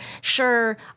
sure